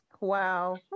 Wow